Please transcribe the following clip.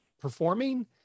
performing